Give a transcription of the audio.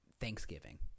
Thanksgiving